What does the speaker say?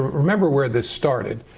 remember where this started.